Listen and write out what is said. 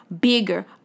bigger